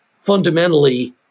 Fundamentally